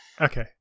Okay